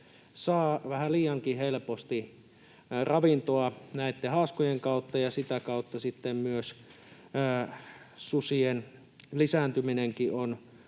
saa vähän liiankin helposti ravintoa näitten haaskojen kautta, ja sitä kautta sitten myös susien lisääntyminenkin on